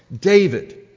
David